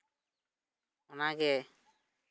ᱚᱱᱟᱜᱮ